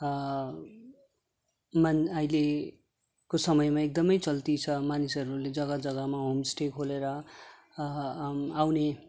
मान अहिलेको समयमा एकदमै चल्ती छ मानिसहरूले जगा जग्गामा होम स्टे खोलेर आउने